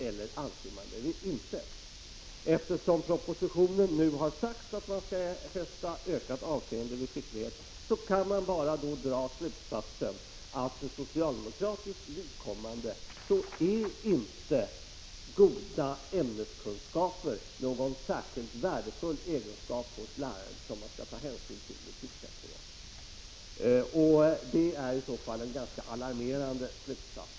Eftersom regeringen i propositionen nu har sagt att man skall fästa ökat avseende vid skicklighet, kan vi bara dra följande slutsats: För socialdemokratiskt vidkommande är inte goda ämneskunskaper hos lärare någon särskilt värdefull egenskap, som man skall ta hänsyn till vid tillsättningar. Det är en ganska alarmerande slutsats.